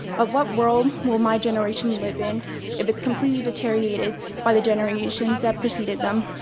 but what world will my generation live in if it's completely deteriorated by the generations that preceded them?